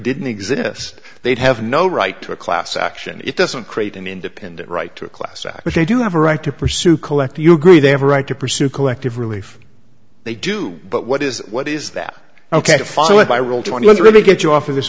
didn't exist they'd have no right to a class action it doesn't create an independent right to a class act which they do have a right to pursue collect you agree they have a right to pursue collective relief they do but what is what is that ok finally by rule twenty one really get you off of this